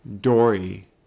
Dory